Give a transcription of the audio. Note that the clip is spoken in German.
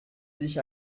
sich